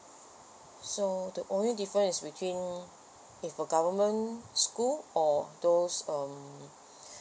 so the only difference is between if the government school or those um